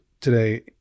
today